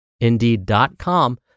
Indeed.com